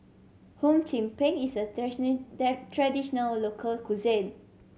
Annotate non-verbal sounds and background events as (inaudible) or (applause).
Hum Chim Peng is a (unintelligible) raditional local cuisine